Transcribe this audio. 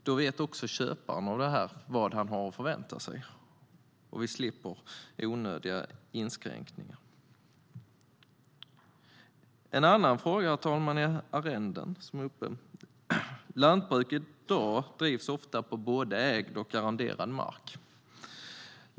Då vet också köparen vad han har att förvänta sig, och vi slipper onödiga inskränkningar. En annan fråga som är uppe till debatt, herr talman, är arrenden. Lantbruk drivs i dag oftast på både ägd och arrenderad mark.